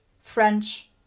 French